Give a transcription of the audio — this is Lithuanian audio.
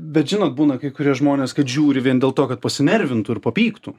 bet žinot būna kai kurie žmonės kad žiūri vien dėl to kad pasinervintų ir papyktų